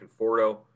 Conforto